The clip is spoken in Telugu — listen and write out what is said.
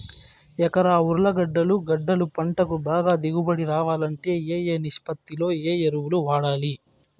ఎకరా ఉర్లగడ్డలు గడ్డలు పంటకు బాగా దిగుబడి రావాలంటే ఏ ఏ నిష్పత్తిలో ఏ ఎరువులు వాడాలి?